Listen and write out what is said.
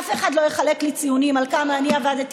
אף אחד לא יחלק לי ציונים על כמה אני עבדתי